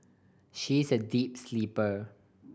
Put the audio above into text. she is a deep sleeper